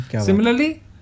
Similarly